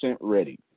ready